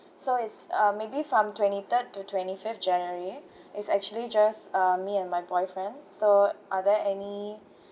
so it's um maybe from twenty third to twenty fifth january is actually just uh me and my boyfriend so are there any